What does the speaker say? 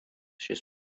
šis